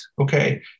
okay